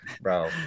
bro